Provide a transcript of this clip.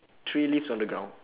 three leaves on the ground